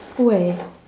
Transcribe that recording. where